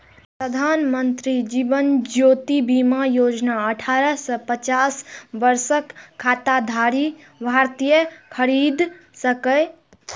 प्रधानमंत्री जीवन ज्योति बीमा योजना अठारह सं पचास वर्षक खाताधारी भारतीय खरीद सकैए